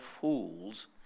fools